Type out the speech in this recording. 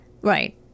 Right